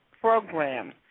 program